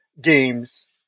games